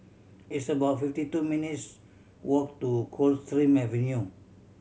it's about fifty two minutes' walk to Coldstream Avenue